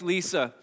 Lisa